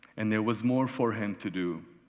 and there was more for him to do.